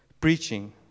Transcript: preaching